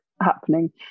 happening